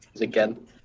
again